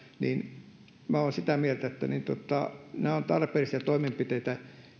niin olen sitä mieltä että nämä ovat tarpeellisia toimenpiteitä